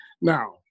Now